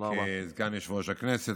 וכסגן יושב-ראש הכנסת.